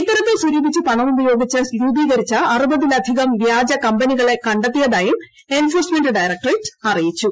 ഇത്തരത്തിൽ സ്പ്രൂപിച്ച പണമുപയോഗിച്ച് രൂപീകരിച്ച അറുപതിലധികം വൃദ്ജൂ കമ്പനികളെ കണ്ടെത്തിയതായും എൻഫ്ട്രൂഴ്സ്മെന്റ് ഡയറക്ടറേറ്റ് അറിയിച്ചു